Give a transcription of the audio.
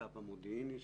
המצב המודיעיני שם,